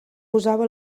usava